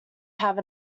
have